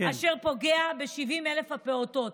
אשר פוגע ב-70,000 הפעוטות.